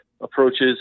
approaches